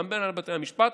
גם בהנהלת בתי המשפט,